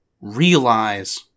realize